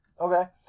okay